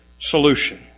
solution